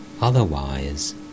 Otherwise